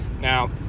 Now